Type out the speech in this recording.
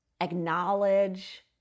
acknowledge